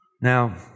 Now